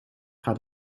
gaat